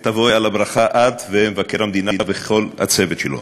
תבואי על הברכה, את ומבקר המדינה וכל הצוות שלו.